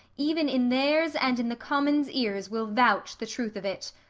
even in theirs and in the commons' ears, will vouch the truth of it.